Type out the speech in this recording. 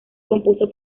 compuso